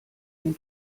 den